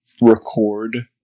record